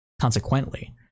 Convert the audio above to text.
Consequently